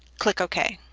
click ok.